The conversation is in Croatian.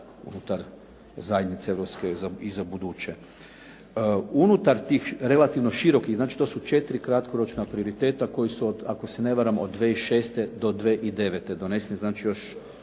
unutar zajednice europske i za buduće. Unutar tih relativno širokih, znači to su 4 kratkoročna prioriteta koji su od, ako se ne varam, od 2006. do 2009. donesene, znači još